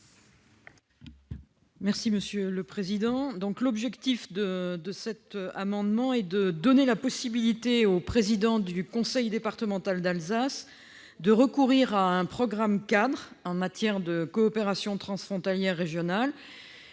est à Mme Laurence Harribey. Cet amendement vise à donner la possibilité au président du conseil départemental d'Alsace de recourir à un programme-cadre en matière de coopération transfrontalière régionale.